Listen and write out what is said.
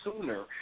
sooner